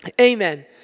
Amen